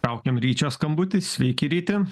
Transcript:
laukiam ryčio skambutis sveiki ryti